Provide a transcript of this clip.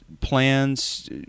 plans